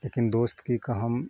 लेकिन दोस्त की कहम